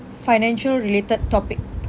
financial related topic